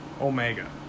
Omega